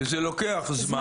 הם אומרים שזה לוקח זמן